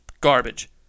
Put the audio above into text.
garbage